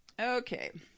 Okay